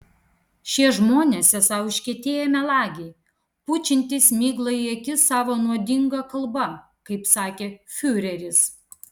šie žmonės esą užkietėję melagiai pučiantys miglą į akis savo nuodinga kalba kaip sakė fiureris